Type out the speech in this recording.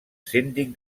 síndic